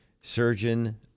surgeon